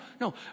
no